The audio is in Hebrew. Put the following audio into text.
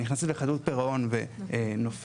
נכנסת לחדלות פירעון ונופלת,